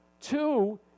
two